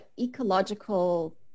ecological